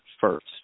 first